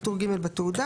של חבר הכנסת אחמד טיבי.